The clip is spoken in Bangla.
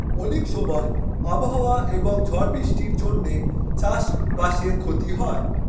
অনেক সময় আবহাওয়া এবং ঝড় বৃষ্টির জন্যে চাষ বাসের ক্ষতি হয়